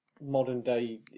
modern-day